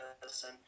person